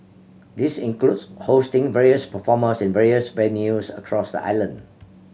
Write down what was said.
this includes hosting various performers in various venues across the island